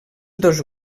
dos